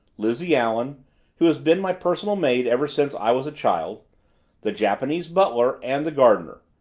lizzie allen who has been my personal maid ever since i was a child the japanese butler, and the gardener.